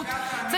כהניסטית,